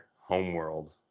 homeworld